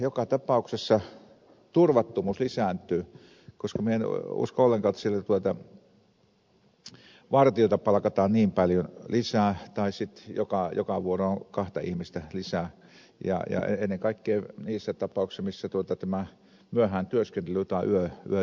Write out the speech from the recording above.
joka tapauksessa turvattomuus lisääntyy koska minä en usko ollenkaan että siellä vartijoita palkataan niin paljon lisää tai sitten joka vuoroon kahta ihmistä lisää ennen kaikkea niissä tapauksissa missä myöhään työskennellään tai yöllä pidetään kauppoja auki